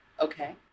Okay